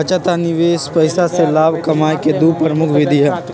बचत आ निवेश पैसा से लाभ कमाय केँ दु प्रमुख विधि हइ